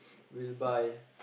will buy